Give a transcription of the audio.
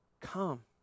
Come